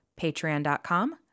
Patreon.com